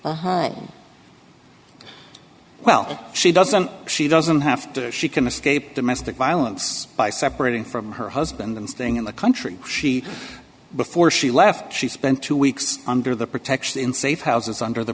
home well she doesn't she doesn't have to she can escape domestic violence by separating from her husband and staying in the country she before she left she spent two weeks under the protection in safe houses under the